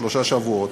שלושה שבועות,